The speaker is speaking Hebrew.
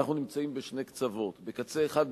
אנחנו נמצאים בשני קצוות: בקצה אחד,